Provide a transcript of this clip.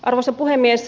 arvoisa puhemies